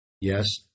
Yes